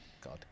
God